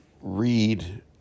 read